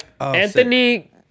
Anthony